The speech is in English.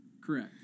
Correct